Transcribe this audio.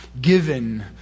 given